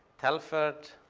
telford.